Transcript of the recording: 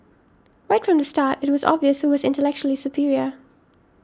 right from the start it was obvious who was intellectually superior